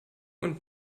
und